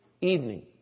evening